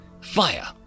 Fire